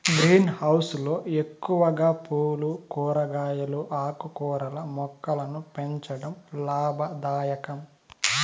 green house లో ఎక్కువగా పూలు, కూరగాయలు, ఆకుకూరల మొక్కలను పెంచడం లాభదాయకం